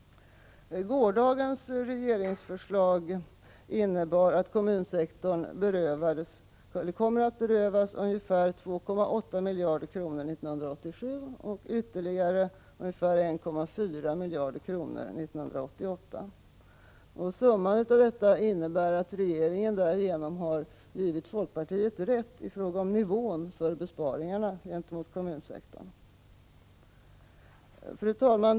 Gårdagens regeringsförslag innebär att kommunsektorn kommer att berövas ungefär 2,8 miljarder kronor 1987 och ytterligare ungefär 1,4 miljarder år 1988. Summan av detta innebär att regeringen därigenom har givit folkpartiet rätt i fråga om nivån för besparingarna gentemot kommunsektorn. Fru talman!